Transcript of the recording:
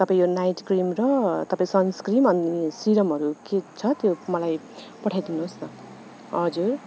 तपाईँ यो night cream र तपाईँ सन्सक्रिम अनि सिरमहरू के छ त्यो मलाई पठाइदिनुहोस् न हजुर